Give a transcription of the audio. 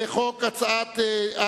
קבוצת האיחוד הלאומי,